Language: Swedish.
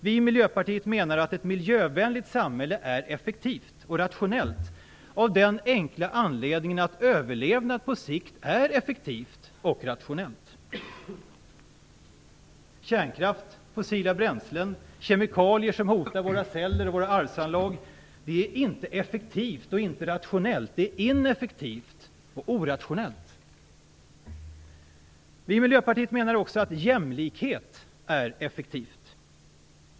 Vi i Miljöpartiet menar att ett miljövänligt samhälle är effektivt och rationellt, av den enkla anledningen att överlevnad på sikt är effektivt och rationell. Kärnkraft, fossila bränslen, kemikalier som hotar våra celler och våra arvsanlag är inte något som är effektivt och rationellt utan ineffektivt och orationellt. Vi i Miljöpartiet menar också att jämlikhet är effektivt.